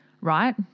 Right